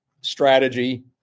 strategy